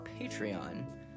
patreon